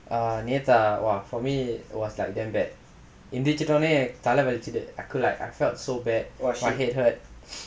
err நேத்தா:neththaa for me it was like damn bad எந்திச்சிட்ட ஓனே தல வலிச்சுது:enthichitta onae thala valichuthu I feel like I felt so bad my head hurt